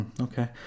okay